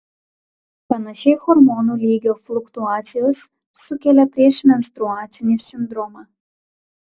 panašiai hormonų lygio fluktuacijos sukelia priešmenstruacinį sindromą